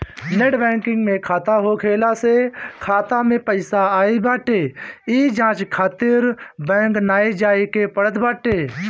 net banking में खाता होखला से खाता में पईसा आई बाटे इ जांचे खातिर बैंक नाइ जाए के पड़त बाटे